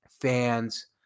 fans